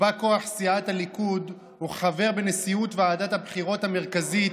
כבא כוח סיעת הליכוד וכחבר בנשיאות ועדת הבחירות המרכזית,